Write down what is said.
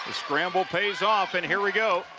scramble pays off and here we go.